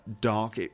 dark